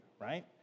right